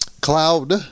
cloud